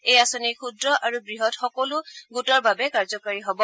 এই আঁচনি ক্ষুদ্ৰ আৰু বৃহৎ সকলো গোটৰ বাবে কাৰ্যকৰী হব